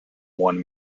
one